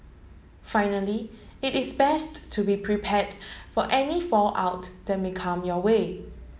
finally it is best to be prepared for any fallout that may come your way